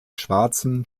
schwarzen